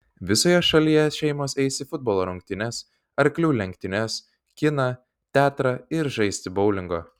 visoje šalyje šeimos eis į futbolo rungtynes arklių lenktynes kiną teatrą ir žaisti boulingo